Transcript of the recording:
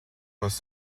was